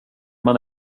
man